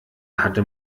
hatte